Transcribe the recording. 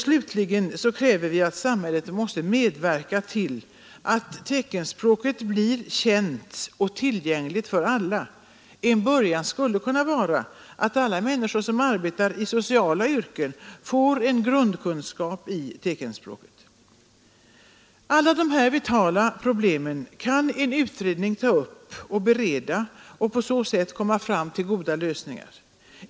Slutligen kräver vi att samhället skall medverka till att teckenspråket blir känt och tillgängligt för alla; en början skulle kunna vara att alla som arbetar i sociala yrken får en grundkunskap i teckenspråket. Alla de här vitala problemen kan en utredning ta upp och bereda för att på så sätt komma fram till goda lösningar.